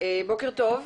בוקר טוב.